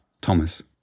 Thomas